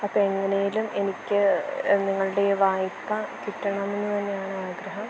അപ്പോള് എങ്ങനെയെങ്കിലും എനിക്ക് നിങ്ങളുടെ ഈ വായ്പ കിട്ടണമെന്നുതന്നെയാണ് ആഗ്രഹം